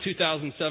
2007